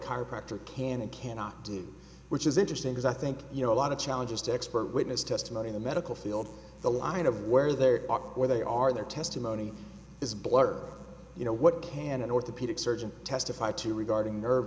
chiropractor can and cannot do which is interesting as i think you know a lot of challenges to expert witness testimony in the medical field the line of where there where they are their testimony is blurred you know what can an orthopedic surgeon testify to regarding nerve